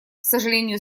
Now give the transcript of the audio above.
сожалению